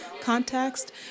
context